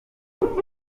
nyuma